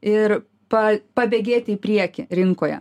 ir pa pabėgėti į priekį rinkoje